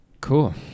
cool